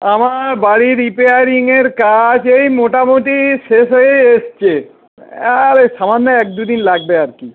আমার বাড়ি রিপেয়ারিংয়ের কাজ এই মোটামোটি শেষ হয়েই এ আর সামান্য এক দু দিন লাগবে আরকি